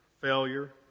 failure